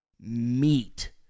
meat